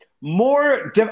more